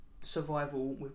survival